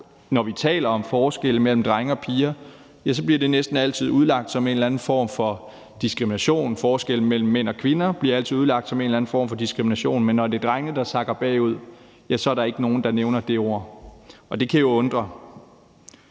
generelt taler om forskelle mellem drenge og piger, bliver det næsten altid udlagt som en eller anden form for diskrimination; forskelle mellem mænd og kvinder bliver altid udlagt som en eller anden form for diskrimination. Men når det er drenge, der sakker bagud, ja, så er der ikke nogen, der nævner det ord, og det kan jo undre.